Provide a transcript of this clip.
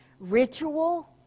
Ritual